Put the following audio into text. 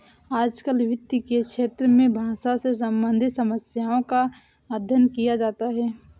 आजकल वित्त के क्षेत्र में भाषा से सम्बन्धित समस्याओं का अध्ययन किया जाता है